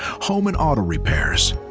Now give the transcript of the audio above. home and auto repairs,